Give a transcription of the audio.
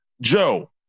Joe